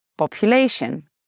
Population